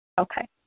Okay